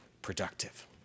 productive